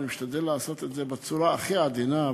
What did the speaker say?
ואני אשתדל לעשות את זה בצורה הכי עדינה,